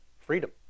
freedom